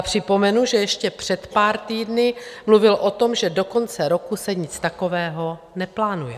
Připomenu, že ještě před pár týdny mluvil o tom, že do konce roku se nic takového neplánuje.